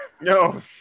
No